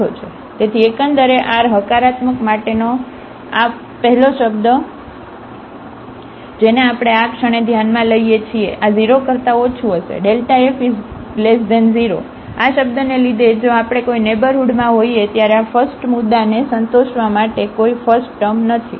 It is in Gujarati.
તેથી એકંદરે r હકારાત્મક માટેનો આ ફસ્ટશબ્દ જેને આપણે આ ક્ષણે ધ્યાનમાં લઈએ છીએ આ 0 કરતા ઓછું હશે f0 આ શબ્દને લીધે જો આપણે કોઈ નેઇબરહુડમાં હોઈએ ત્યારે આ ફસ્ટમુદ્દાને સંતોષવા માટે કોઈ ફસ્ટટર્મ નથી